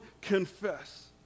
confess